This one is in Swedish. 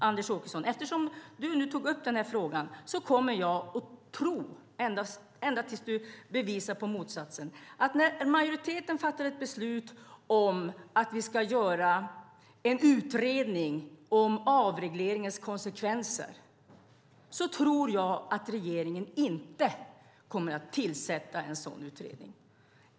Eftersom Anders Åkesson tog upp den här frågan kommer jag ända tills han bevisar motsatsen att tro att trots att majoriteten fattar beslut om att vi ska göra en utredning om avregleringens konsekvenser kommer regeringen inte att tillsätta en sådan utredning.